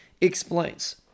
explains